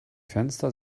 fenster